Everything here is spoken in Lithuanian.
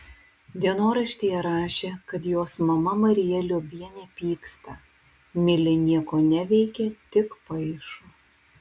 dienoraštyje rašė kad jos mama marija liobienė pyksta milė nieko neveikia tik paišo